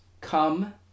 Come